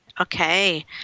Okay